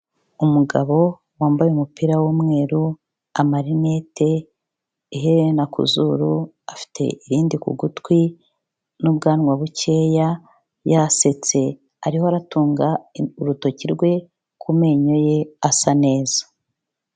Umugabo wambaye umupira w'umweru, amarinete, iherena ku zuru, afite irindi ku gutwi n'ubwanwa bukeya yasetse, ariho aratunga urutoki rwe ku menyo ye, asa neza.